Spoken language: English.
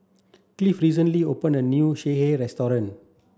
Cliff recently opened a new Sireh restaurant